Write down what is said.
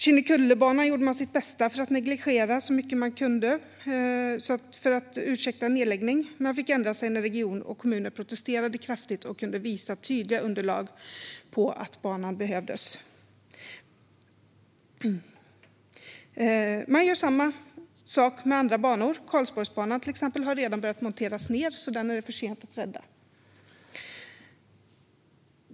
Kinnekullebanan gjorde man sitt bästa för att negligera så mycket att man kunde ursäkta en nedläggning, men man fick ändra sig när region och kommuner protesterade kraftigt och kunde visa tydliga underlag på att banan behövdes. Man gör samma sak med andra banor, och till exempel Karlsborgsbanan har redan börjat monteras ned. Den är det för sent att rädda.